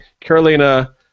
Carolina